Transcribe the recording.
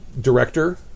director